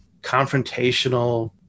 confrontational